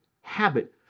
habit